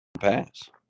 pass